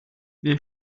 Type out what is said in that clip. wir